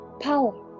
power